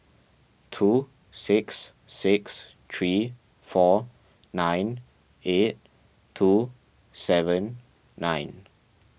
two six six three four nine eight two seven nine